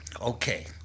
okay